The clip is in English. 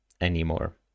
anymore